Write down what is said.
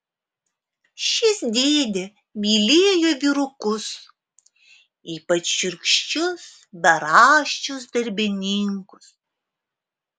šis dėdė mylėjo vyrukus ypač šiurkščius beraščius darbininkus